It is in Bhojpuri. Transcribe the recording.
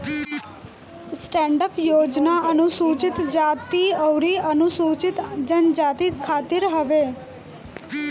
स्टैंडअप योजना अनुसूचित जाती अउरी अनुसूचित जनजाति खातिर हवे